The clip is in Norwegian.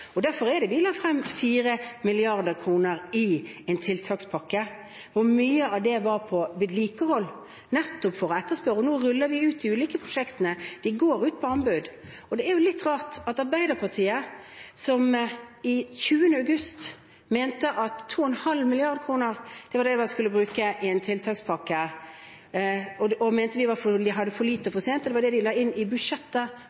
Derfor er det vi la frem 4 mrd. kr i en tiltakspakke. Mye av det var til vedlikehold, nettopp fordi det var etterspurt, og nå ruller vi ut de ulike prosjektene. De legges ut på anbud. Og det er jo litt rart at Arbeiderpartiet, som 20. august mente at 2,5 mrd. kr var det man skulle bruke i en tiltakspakke, mente vi hadde for lite for sent. Det var det de la inn i budsjettet for